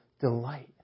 delight